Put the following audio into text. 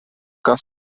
kas